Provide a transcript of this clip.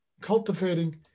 cultivating